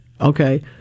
okay